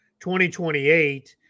2028